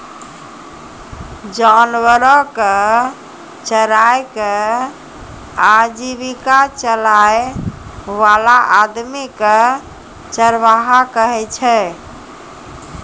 जानवरो कॅ चराय कॅ आजीविका चलाय वाला आदमी कॅ चरवाहा कहै छै